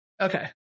okay